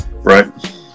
right